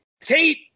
Tate